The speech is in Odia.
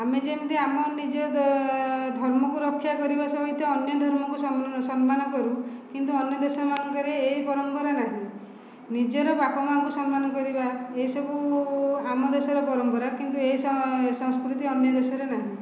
ଆମେ ଯେମିତି ଆମେ ନିଜ ଧର୍ମକୁ ରକ୍ଷା କରିବା ସହିତ ଅନ୍ୟ ଧର୍ମକୁ ସମ୍ମାନ କରୁ କିନ୍ତୁ ଅନ୍ୟ ଦେଶ ମାନଙ୍କରେ ଏଇ ପରମ୍ପରା ନାହିଁ ନିଜର ବାପାମାଆଙ୍କୁ ସମ୍ମାନ କରିବା ଏହିସବୁ ଆମ ଦେଶର ପରମ୍ପରା କିନ୍ତୁ ଏ ସ ଏ ସଂସ୍କୃତି ଅନ୍ୟ ଦେଶରେ ନାହିଁ